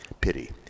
pity